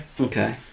okay